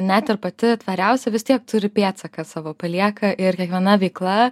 net ir pati tvariausia vis tiek turi pėdsaką savo palieka ir kiekviena veikla